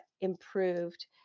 improved